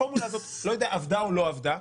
הפורמולה הזאת עבדה או לא עבדה,